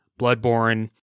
Bloodborne